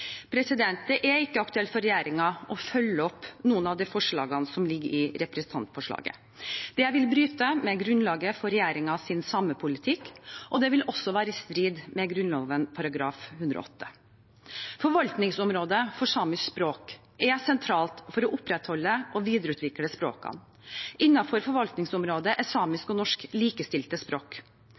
Det er ikke aktuelt for regjeringen å følge opp noen av de forslagene som ligger i representantforslaget. Det vil bryte med grunnlaget for regjeringens samepolitikk, og det vil være i strid med Grunnloven § 108. Forvaltningsområdet for samisk språk er sentralt for å opprettholde og videreutvikle språkene. Innenfor forvaltningsområdet er samisk og norsk likestilte språk.